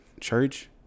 church